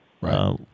Right